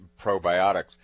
probiotics